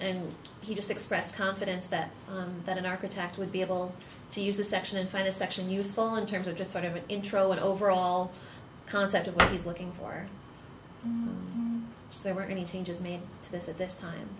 and he just expressed confidence that that an architect would be able to use this section and find a section useful in terms of just sort of an intro overall concept of he's looking for there were any changes made to this at this time